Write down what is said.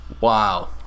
Wow